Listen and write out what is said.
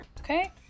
Okay